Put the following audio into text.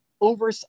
over